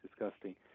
disgusting